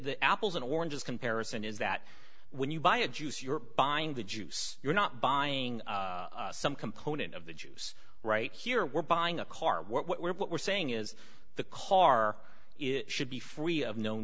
the apples and oranges comparison is that when you buy a juice you're buying the juice you're not buying some component of the juice right here we're buying a car what we're saying is the car is should be free of known